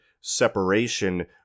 separation